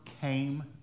came